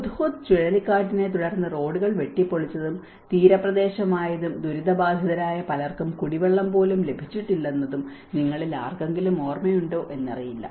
Hudhud ചുഴലിക്കാറ്റിനെ തുടർന്ന് റോഡുകൾ വെട്ടിപ്പൊളിച്ചതും തീരപ്രദേശമായതും ദുരിതബാധിതരായ പലർക്കും കുടിവെള്ളം പോലും ലഭിച്ചിട്ടില്ലെന്നതും നിങ്ങളിൽ ആർക്കെങ്കിലും ഓർമ്മയുണ്ടോ എന്നറിയില്ല